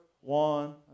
one